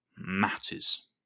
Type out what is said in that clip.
Matters